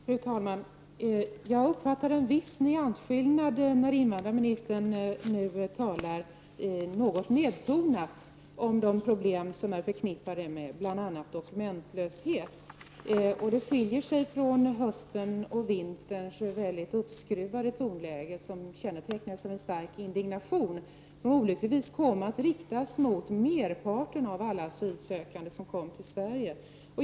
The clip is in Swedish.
Fru talman! Jag uppfattade en viss nyansskillnad hos invandrarministern, som nu talar något nedtonat om de problem som är förknippade med bl.a. dokumentlösheten. Detta tonläge skiljer sig från höstens och vinterns mycket uppskruvade tonläge, som kännetecknades av en stark indignation som olyckligtvis kom att riktas mot merparten av alla asylsökande som kom till Sverige.